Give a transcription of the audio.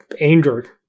angered